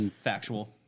factual